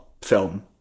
film